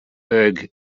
berg